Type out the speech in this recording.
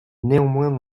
néanmoins